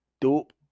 dope